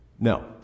No